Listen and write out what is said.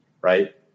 right